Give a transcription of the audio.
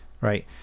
right